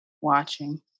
watching